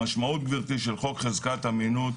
המשמעות של חוק חזקת אמינות,